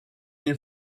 den